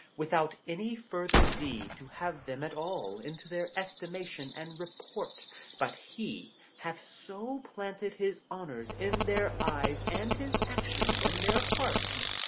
without any further deed to have them at all, into their estimation and report but he hath so planted his honours in their eyes, and his actions in their hearts,